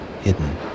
hidden